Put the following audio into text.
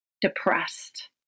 depressed